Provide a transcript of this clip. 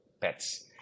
pets